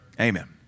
Amen